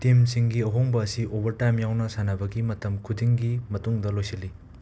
ꯇꯤꯝꯁꯤꯡꯒꯤ ꯑꯍꯣꯡꯕ ꯑꯁꯤ ꯑꯣꯚꯔꯇꯥꯏꯝ ꯌꯥꯎꯅ ꯁꯥꯟꯅꯕꯒꯤ ꯃꯇꯝ ꯈꯨꯗꯤꯡꯒꯤ ꯃꯇꯨꯡꯗ ꯂꯣꯏꯁꯜꯂꯤ